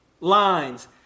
lines